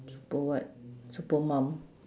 super what super mum